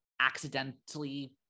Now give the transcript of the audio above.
accidentally